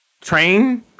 train